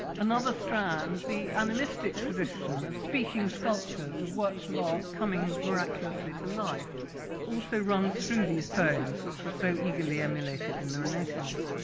another strand, the animistic tradition of speaking sculptures or works of art coming miraculously to life also runs through these poems, which were so eagerly emulated in the renaissance.